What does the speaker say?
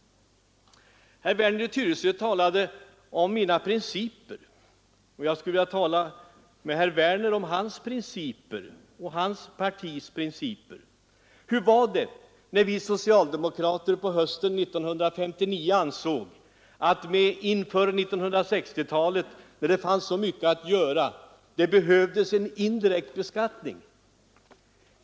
Sedan nämnde herr Werner i Tyresö också något om mina principer, och jag vill nu tala om herr Werners och hans partis principer. Hur var det när vi socialdemokrater på hösten 1959 ansåg att vi inför 1960-talet, då så många reformer pockade på en lösning, behövde en indirekt beskattning?